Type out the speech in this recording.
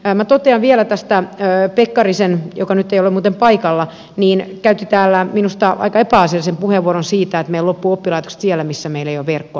minä totean vielä pekkarisesta joka nyt ei ole muuten paikalla että hän käytti minusta aika epäasiallisen puheenvuoron siitä että meillä loppuvat oppilaitokset siellä missä meillä ei ole verkkoa